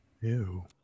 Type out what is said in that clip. Ew